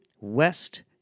West